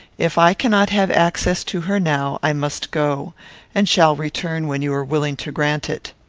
if i cannot have access to her now, i must go and shall return when you are willing to grant it.